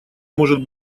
может